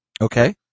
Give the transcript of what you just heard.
Okay